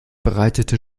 bereitete